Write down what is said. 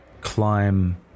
climb